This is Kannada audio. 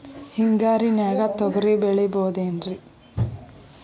ಹಿಂಗಾರಿನ್ಯಾಗ ತೊಗ್ರಿ ಬೆಳಿಬೊದೇನ್ರೇ?